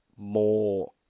more